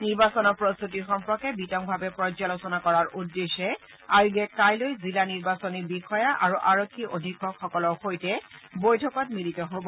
নিৰ্বাচনৰ প্ৰস্ত্ততি সম্পৰ্কে বিতংভাৱে পৰ্যালোচনা কৰাৰ উদ্দেশ্যে আয়োগে কাইলৈ জিলা নিৰ্বাচনী বিষয়া আৰু আৰক্ষী অধীক্ষকসকলৰ সৈতে বৈঠকত মিলিত হ'ব